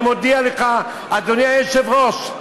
אני מודיע לך, אדוני היושב-ראש,